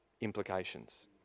implications